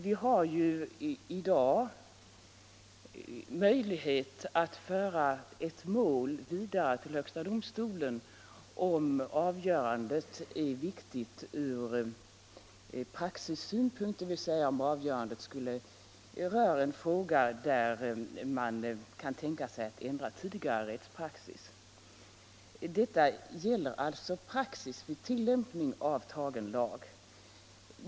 Det är ju i dag möjligt att föra ett mål vidare till högsta domstolen, om avgörandet är viktigt från praxissynpunkt, dvs. om avgörandet rör en fråga där man kan tänka sig att ändra tidigare rättspraxis. Detta gäller alltså praxis vid tillämpning av tagen lag.